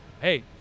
hey